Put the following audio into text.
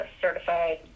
certified